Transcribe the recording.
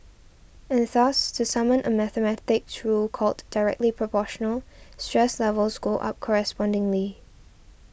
and thus to summon a mathematics rule called Directly Proportional stress levels go up correspondingly